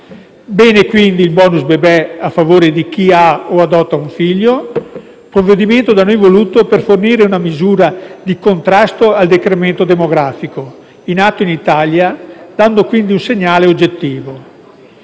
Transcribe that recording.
Bene quindi il *bonus* bebè a favore di chi ha o adotta un figlio, provvedimento da noi voluto per fornire una misura di contrasto al decremento demografico in atto in Italia, dando quindi un segnale oggettivo.